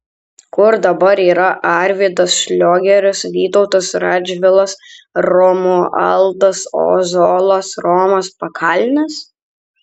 kur dabar yra arvydas šliogeris vytautas radžvilas romualdas ozolas romas pakalnis